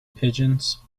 pigeons